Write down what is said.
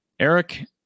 Eric